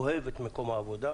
אוהב את מקום העבודה.